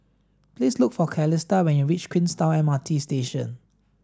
please look for Calista when you reach Queenstown M R T Station